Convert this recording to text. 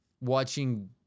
watching